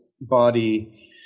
body